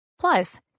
Plus